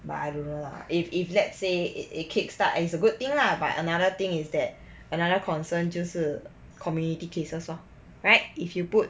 but I don't know lah if if let's say it it kick-start is a good thing lah but another thing is that another concern 就是 community cases lor right if you put